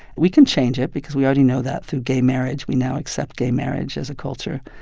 we can change it because we already know that through gay marriage. we now accept gay marriage as a culture.